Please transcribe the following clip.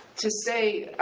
to say,